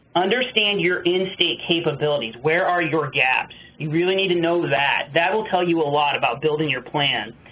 understand your in-state capabilities, where are your gaps. you really need to know that. that will tell you a lot about building your plan.